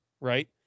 right